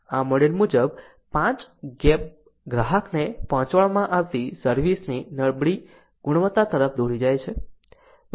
આ મોડેલ મુજબ 5 ગેપ ગ્રાહકને પહોંચાડવામાં આવતી સર્વિસ ની નબળી ગુણવત્તા તરફ દોરી જાય છે